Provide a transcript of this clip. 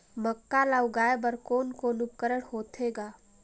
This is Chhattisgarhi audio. मक्का ला लगाय बर कोने कोने उपकरण होथे ग?